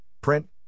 print